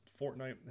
Fortnite